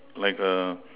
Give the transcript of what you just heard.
like a